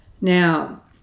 Now